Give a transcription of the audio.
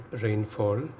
rainfall